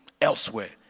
elsewhere